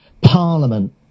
Parliament